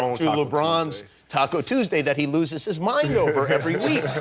lebron's taco tuesday that he loses his mind over every week.